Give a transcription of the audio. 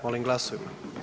Molim glasujmo.